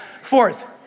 Fourth